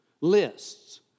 lists